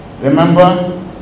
Remember